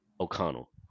O'Connell